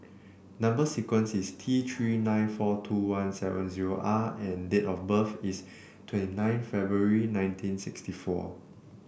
number sequence is T Three nine four two one seven zero R and date of birth is twenty nine February nineteen sixty four